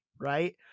right